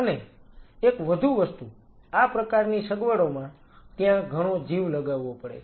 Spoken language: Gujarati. અને એક વધુ વસ્તુ આ પ્રકારની સગવડોમાં ત્યાં ઘણો જીવ લગાવવો પડે છે